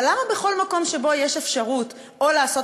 אבל למה בכל מקום שיש אפשרות או לעשות